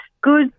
good